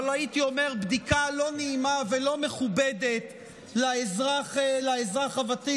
אבל הייתי אומר בדיקה לא נעימה ולא מכובדת לאזרח הוותיק,